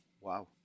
wow